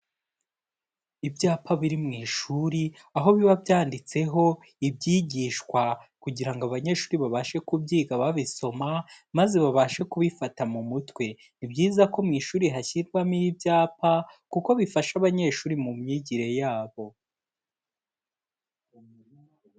Ibyapa biri mu ishuri aho biba byanditseho ibyigishwa kugira ngo abanyeshuri babashe kubyiga babisoma maze babashe kubifata mu mutwe, ni byiza ko mu ishuri hashyirwamo ibyapa kuko bifasha abanyeshuri mu myigire yabo.